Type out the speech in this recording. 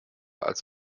als